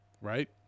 right